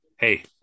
Hey